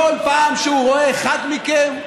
כל פעם שהוא רואה אחד מכם,